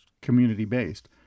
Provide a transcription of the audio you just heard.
community-based